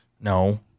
No